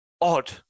odd